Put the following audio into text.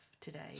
today